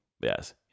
Yes